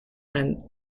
and